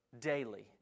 daily